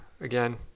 again